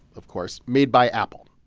of course, made by apple,